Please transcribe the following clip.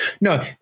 No